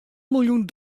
miljoen